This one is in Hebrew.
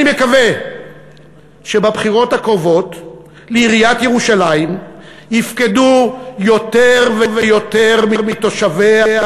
אני מקווה שבבחירות הקרובות לעיריית ירושלים יותר ויותר מתושביה